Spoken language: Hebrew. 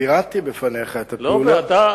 פירטתי בפניך את הפעולות.